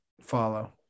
follow